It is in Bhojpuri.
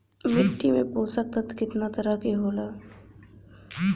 मिट्टी में पोषक तत्व कितना तरह के होला?